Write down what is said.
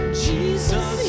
jesus